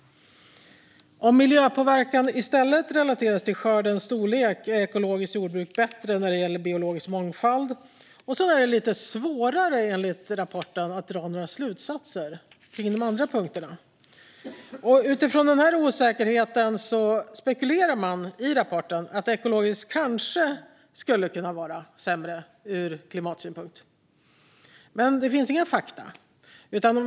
Om miljöpåverkan i stället relateras till skördens storlek är ekologiskt jordbruk bättre när det gäller biologisk mångfald. Men enligt rapporten är det lite svårare att dra några slutsatser kring de andra punkterna. Utifrån denna osäkerhet spekulerar man i rapporten om att ekologiskt kanske skulle kunna vara sämre ur klimatsynpunkt, men det finns inga fakta.